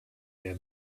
their